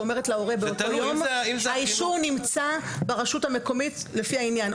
היא אומרת להורה שהאישור נמצא ברשות המקומית לפי העניין,